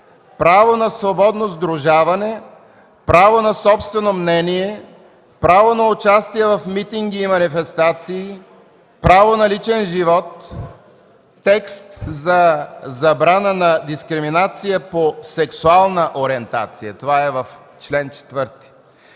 „Право на свободно сдружаване, право на собствено мнение, право на участие в митинги и манифестации, право на личен живот”; текст за забрана на дискриминация по сексуална ориентация – това е в чл. 4.